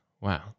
wow